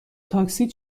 تاکسی